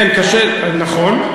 נכון.